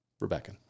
Rebecca